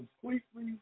completely